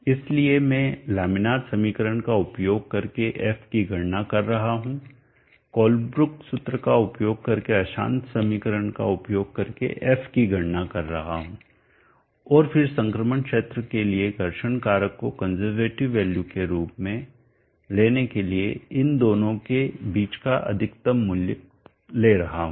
इसलिए मैं लामीनार समीकरण का उपयोग करके f की गणना कर रहा हूं कोलब्रुक सूत्र का उपयोग करके अशांत समीकरण का उपयोग करके f की गणना कर रहा हूं और फिर संक्रमण क्षेत्र के लिए घर्षण कारक को कंजरवेटिव वैल्यू के रूप में लेने के लिए इन दोनों के बीच का अधिकतम मूल्य ले रहा हूं